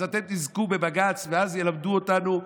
אז אתם תזכו בבג"ץ ואז ילמדו אותנו.